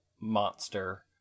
monster